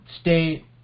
state